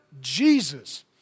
Jesus